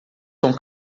são